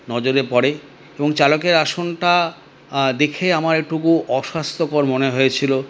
নজরে পড়ে এবং চালকের আসনটা দেখে আমার একটু অস্বাস্থ্যকর মনে হয়েছিল